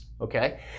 okay